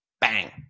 Bang